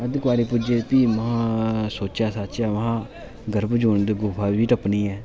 अद्ध कुआरी पुज्जे फ्ही महां सोचेआ साचेआ महां गर्भ जून गुफा बी टप्पनी ऐ